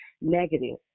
negative